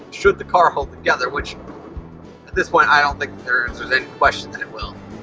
should the car hold together, which at this point, i don't think there's any question that it will.